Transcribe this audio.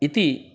इति